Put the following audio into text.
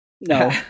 No